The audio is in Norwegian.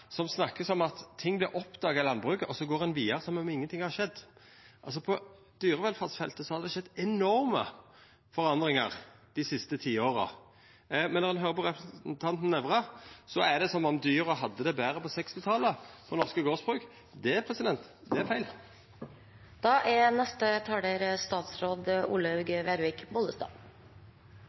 som snakkar om at ting vert oppdaga i landbruket, og så går ein vidare som om ingenting har skjedd. På dyrevelferdsfeltet har det skjedd enorme forandringar dei siste tiåra. Men når ein høyrer på representanten Nævra, er det som om dyra på norske gardsbruk hadde det betre på